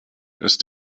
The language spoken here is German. ist